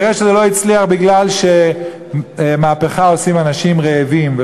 וכנראה זה לא הצליח כי מהפכה עושים אנשים רעבים,